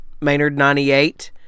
Maynard98